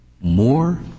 more